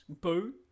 boo